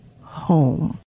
home